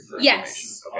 Yes